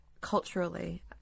culturally